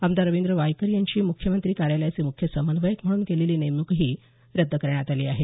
आमदार रविंद्र वायकर यांची म्ख्यमंत्री कार्यालयाचे मुख्य समन्वयक म्हणून केलेली नेमणूकही रद्द करण्यात आली आहे